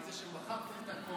על זה שמכרתם את הכול,